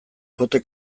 kote